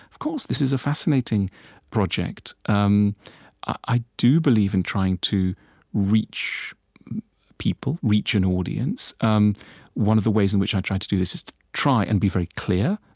of course, this is a fascinating project. um i do believe in trying to reach people, reach an audience. um one of the ways in which i try to do this is to try and be very clear,